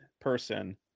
person